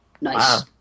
Nice